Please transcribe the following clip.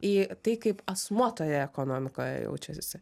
į tai kaip asmuo toje ekonomikoje jaučiasi